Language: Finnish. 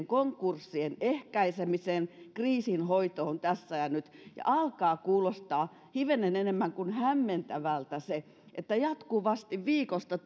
konkurssien ehkäisemiseen kriisinhoitoon tässä ja nyt alkaa kuulostaa hivenen enemmän kuin hämmentävältä se että jatkuvasti viikosta